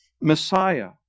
Messiah